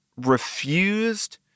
Refused